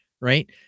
Right